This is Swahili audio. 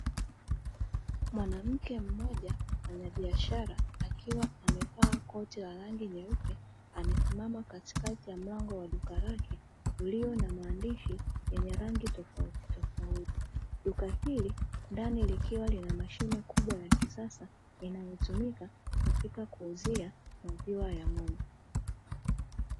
Mwanamke mmoja mfanyabiashara akiwa amevaa koti la rangi nyeupe amesimama katikati ya mlango wa duka lake uliyo na maandishi yenye rangi tofautitofauti. Duka hili ndani likiwa lina mashine kubwa ya kisasa inayotumika katika kuuzia maziwa ya ng'ombe.